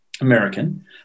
American